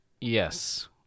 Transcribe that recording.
yes